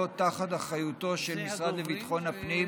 תחת אחריותו של המשרד לביטחון הפנים